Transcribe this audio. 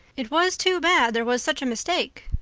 it was too bad there was such a mistake,